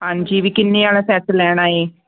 ਹਾਂਜੀ ਵੀ ਕਿੰਨੀ ਆਲਾ ਸੈੱਟ ਲੈਣਾ ਏ